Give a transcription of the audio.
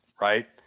right